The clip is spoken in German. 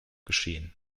geschehen